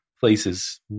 places